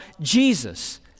Jesus